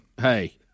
hey